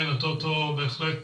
הטוטו בהחלט